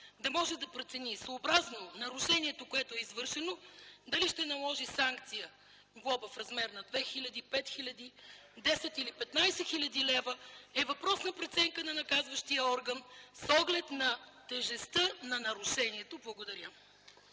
да може да прецени съобразно нарушението, което е извършено, дали ще наложи санкция – глоба в размер на 2000, 5000, 10 или 15 хил. лв., е въпрос на преценка на наказващия орган, с оглед на тежестта на нарушението. Благодаря.